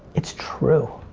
it's true.